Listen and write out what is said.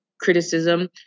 criticism